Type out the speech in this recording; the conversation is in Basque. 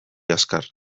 azkar